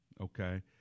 okay